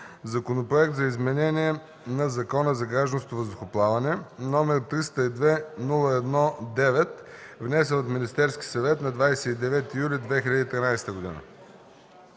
Законопроект за изменение на Закона за гражданското въздухоплаване, № 302-01-9, внесен от Министерския съвет на 29 юли 2013 г.